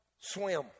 swim